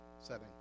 setting